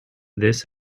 this